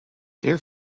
their